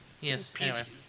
Yes